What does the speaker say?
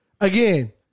again